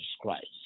Christ